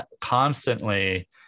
constantly